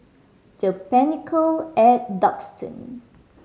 The Pinnacle at Duxton